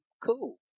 cool